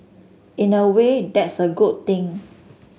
in a way that's a good thing